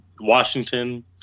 Washington